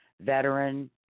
veteran